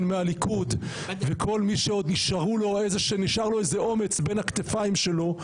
מהליכוד וכל מי שנשאר לו איזה אומץ בין הכתפיים שלו,